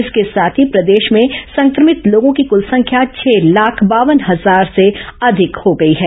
इसके साथ ही प्रदेश में संक्रभित लोगों की कुल संख्या छह लाख बावन हजार से अधिक हो गई है